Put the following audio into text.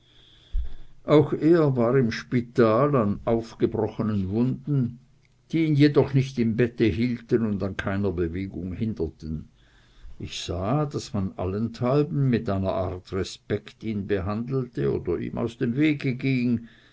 auch er war im spital an aufgebrochenen wunden die ihn jedoch nicht im bette hielten und an keiner bewegung hinderten ich sah daß man allenthalben mit einer art respekt ihn behandelte oder ihm aus dem wege ging